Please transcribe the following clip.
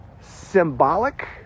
symbolic